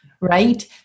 right